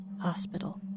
hospital